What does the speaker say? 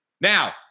Now